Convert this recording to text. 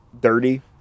dirty